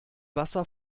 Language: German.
wasser